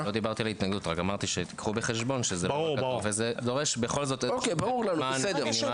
אמרתי שתיקחו בחשבון שהחוק הזה דורש בכל זאת איזשהו זמן מינימלי.